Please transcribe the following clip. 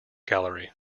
gallery